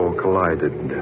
collided